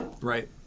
Right